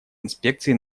инспекции